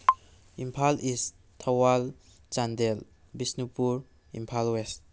Imphal east Thoubal Chandel Bishnupur Imphal west